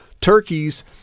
Turkeys